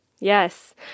Yes